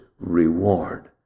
reward